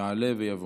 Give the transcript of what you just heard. יעלה ויבוא.